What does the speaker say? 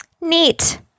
Neat